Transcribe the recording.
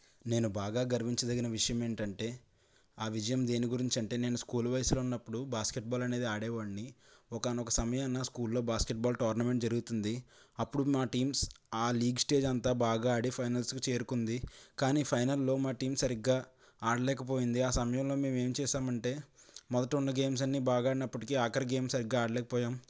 నేను బాగా గర్వించదగిన విషయం ఏంటంటే ఆ విజయం దేని గురించి అంటే నేను స్కూల్ వయసులో ఉన్నప్పుడు బాస్కెట్బాల్ అనేది ఆడేవాడిని ఒకానొక సమయాన్న స్కూల్లో బాస్కెట్బాల్ టోర్నమెంట్ జరుగుతుంది అప్పుడు మా టీమ్స్ ఆ లీగ్ స్టేజ్ అంతా బాగా ఆడి ఫైనల్స్కి చేరుకుంది కానీ ఫైనల్లో మా టీం సరిగ్గా ఆడలేక పోయింది ఆ సమయంలో మేము ఏం చేసామంటే మొదట ఉన్న గేమ్స్ అన్ని బాగా ఆడిన్నప్పటికీ ఆఖరి గేమ్ సరిగ్గా ఆడలేకపోయాం